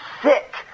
Sick